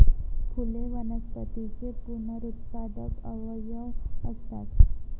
फुले वनस्पतींचे पुनरुत्पादक अवयव असतात